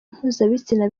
mpuzabitsina